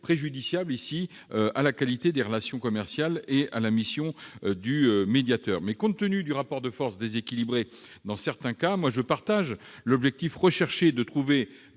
préjudiciable à la qualité des relations commerciales et à la mission du médiateur. Toutefois, compte tenu d'un rapport de force déséquilibré dans certains cas, je partage l'objectif recherché, à savoir